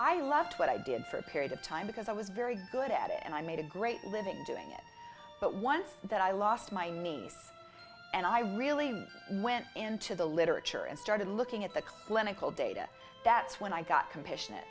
i loved what i did for a period of time because i was very good at it and i made a great living doing it but once that i lost my niece and i really went into the literature and started looking at the clinical data that's when i got compassionate